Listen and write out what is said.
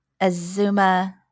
Azuma